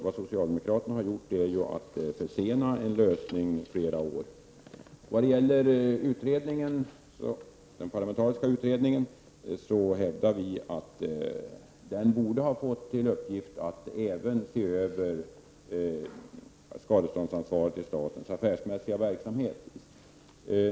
Vad socialdemokraterna har gjort är att försena en lösning med flera år. Vi hävdar att den parlamentariska utredningen även borde ha fått till uppgift att se över skadeståndsansvaret i statens affärsmässiga verksamhet.